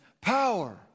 power